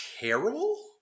terrible